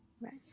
right